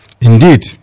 indeed